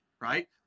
right